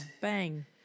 bang